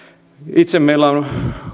meillä on